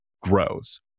grows